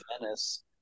Venice